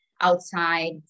outside